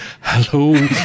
Hello